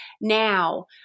Now